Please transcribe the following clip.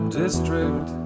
district